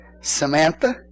Samantha